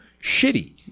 shitty